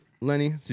Lenny